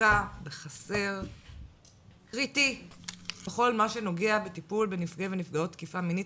לוקה בחסר קריטי בכל מה שנוגע בטיפול בנפגעי ונפגעות תקיפה מינית.